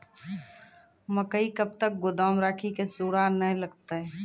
मकई कब तक गोदाम राखि की सूड़ा न लगता?